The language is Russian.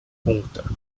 пункта